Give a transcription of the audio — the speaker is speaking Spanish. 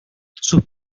sus